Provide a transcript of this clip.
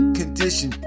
condition